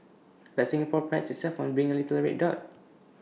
but Singapore prides itself on being A little red dot